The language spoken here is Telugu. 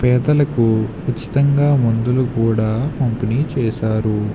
పేదలకు ఉచితంగా మందులు కూడా పంపిణీ చేశారు